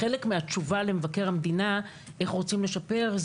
שהוא חלק מהתשובה למבקר המדינה לגבי האופן בו רוצים לשפר.